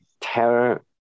terror